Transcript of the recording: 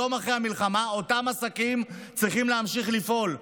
יום אחרי המלחמה אותם עסקים צריכים להמשיך לפעול.